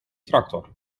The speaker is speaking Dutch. tractor